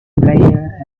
players